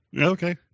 Okay